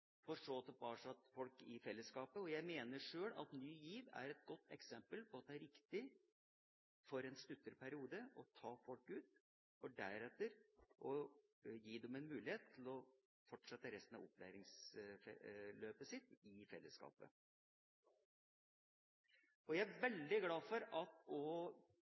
for så å føre folk tilbake til fellesskapet. Jeg mener sjøl at Ny GIV er et godt eksempel på at det er riktig for en stuttere periode å ta folk ut, for deretter å gi dem en mulighet til å fortsette resten av opplæringsløpet sitt i fellesskapet. Jeg er veldig glad for at